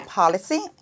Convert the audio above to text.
policy